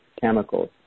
chemicals